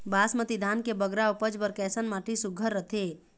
बासमती धान के बगरा उपज बर कैसन माटी सुघ्घर रथे?